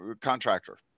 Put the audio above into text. contractor